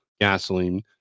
gasoline